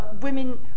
women